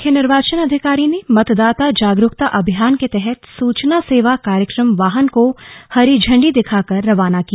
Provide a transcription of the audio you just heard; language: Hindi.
मुख्य निर्वाचन अधिकारी ने मतदाता जागरुकता अभियान के तहत सूचना सेवा कार्यक्रम वाहन को हरी झण्डी दिखाकर रवाना किया